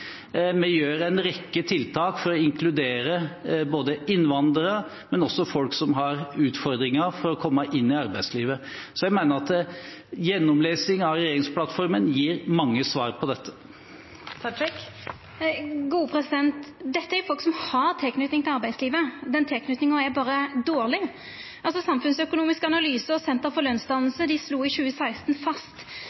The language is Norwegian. Vi gjør en rekke tiltak for å inkludere både innvandrere og folk som har utfordringer med å komme inn i arbeidslivet. Så jeg mener at gjennomlesing av regjeringsplattformen gir mange svar på dette. Dette er jo folk som har tilknyting til arbeidslivet; tilknytinga er berre dårleg. Samfunnsøkonomisk analyse og Senter for